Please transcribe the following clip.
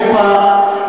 לאירופה,